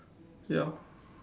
ya